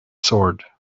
sword